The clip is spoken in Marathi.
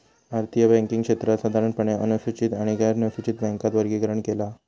भारतीय बॅन्किंग क्षेत्राक साधारणपणे अनुसूचित आणि गैरनुसूचित बॅन्कात वर्गीकरण केला हा